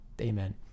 Amen